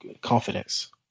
confidence